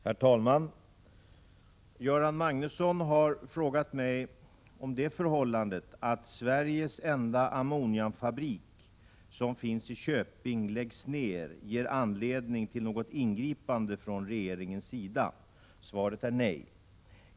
Herr talman! Göran Magnusson har frågat mig om det förhållandet att Sveriges enda ammoniakfabrik som finns i Köping läggs ned ger anledning till något ingripande från regeringens sida. Svaret är nej.